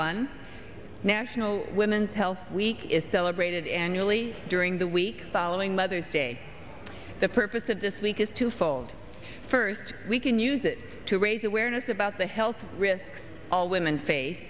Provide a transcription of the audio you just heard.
one national women's health week is celebrated annually during the week following mother's day the purpose of this week is twofold first we can use it to raise awareness about the health risks all women face